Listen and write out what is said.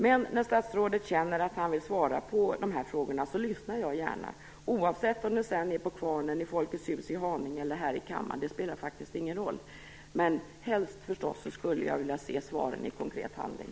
Men när statsrådet känner att han vill svara på dessa frågor så lyssnar jag gärna, oavsett om det är på Kvarnen i Folkets Hus i Haninge eller här i kammaren. Det spelar faktiskt ingen roll. Men helst skulle jag förstås vilja se svaren i konkret handling.